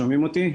שומעים אותי?